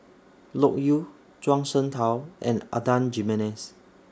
Loke Yew Zhuang Shengtao and Adan Jimenez